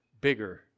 bigger